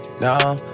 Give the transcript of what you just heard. No